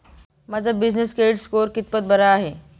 माझा business credit score कितपत बरा आहे?